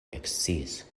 eksciis